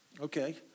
Okay